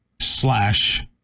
slash